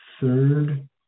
Third